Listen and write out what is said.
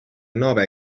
nova